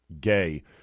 gay